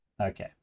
Okay